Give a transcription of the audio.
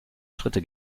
schritte